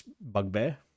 bugbear